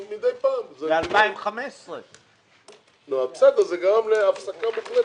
הרי זה רכב עבודה.